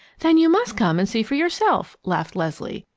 then you must come and see for yourself! laughed leslie,